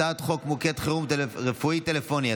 הצעת חוק מוקד חירום רפואי טלפוני,